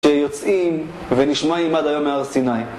שיוצאים ונשמעים עד היום מהר סיני.